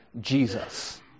Jesus